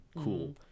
cool